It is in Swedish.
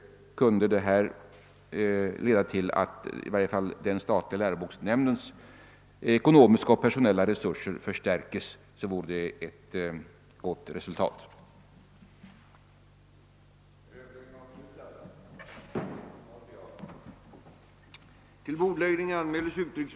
Kunde det leda till att i varje fall den statliga läroboksnämndens ekonomiska och personella resurser förstärks, vore det ett gott resultat. Granskning av fullmakten företas inför chefen för justitiedepartementet i närvaro av vederbörande fullmäktige i riksbanken och riksgäldskontoret.